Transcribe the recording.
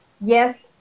yes